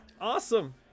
Awesome